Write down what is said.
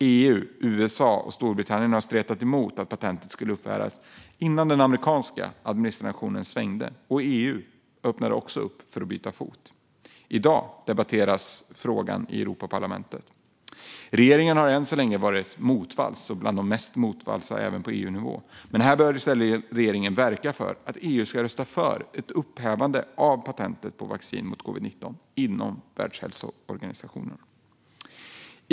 EU, USA och Storbritannien har stretat emot att patentet skulle upphävas, innan den amerikanska administrationen svängde och även EU öppnade för att byta fot. I dag debatteras frågan i Europaparlamentet. Regeringen har än så länge varit motvalls och även på EU-nivå tillhört dem som varit det i högst grad. Regeringen bör i stället verka för att EU ska rösta för ett upphävande av patentet på vaccin mot covid-19 inom Världshälsoorganisationen.